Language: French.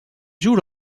jouent